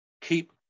Keep